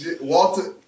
Walter